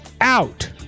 out